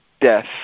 death